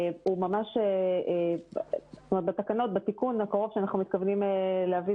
היא בתיקון הקרוב של התקנות שאנחנו מתכוונים להביא.